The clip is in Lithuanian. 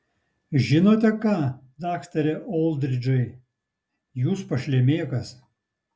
žinote ką daktare oldridžai jūs pašlemėkas